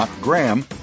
Graham